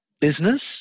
business